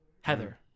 Heather